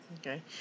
Okay